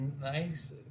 nice